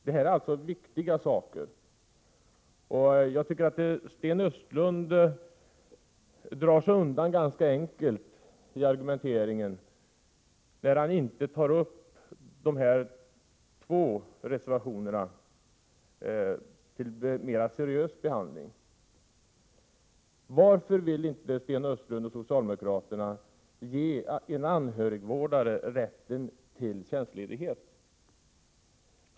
Det här är viktiga saker, och jag tycker Sten Östlund drar sig undan argumenteringen ganska enkelt när han inte tar upp de båda reservationerna till en mer seriös behandling. Varför vill inte Sten Östlund och socialdemokraterna ge en anhörigvårdare rätt till tjänstledighet?